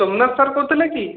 Somnath sir କହୁଥିଲେ କି